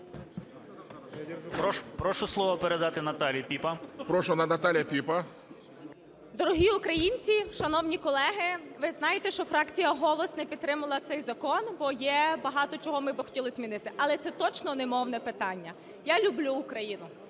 Дорогі українці, шановні колеги! Ви знаєте, що фракція "Голос" не підтримала цей закон, бо є багато чого, що ми хотіли б змінити. Але це точно не мовне питання. Я люблю Україну.